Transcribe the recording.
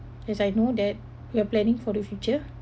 as I know that we are planning for the future